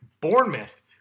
Bournemouth